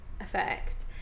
effect